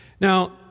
Now